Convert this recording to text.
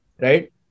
Right